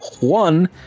one